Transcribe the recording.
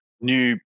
new